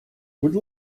будь